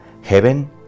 heaven